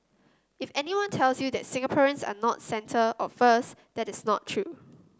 if anyone tells you that Singaporeans are not centre or first that is not true